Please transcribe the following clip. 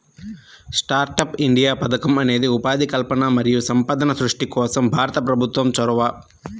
startup India పథకం అనేది ఉపాధి కల్పన మరియు సంపద సృష్టి కోసం భారత ప్రభుత్వం చొరవ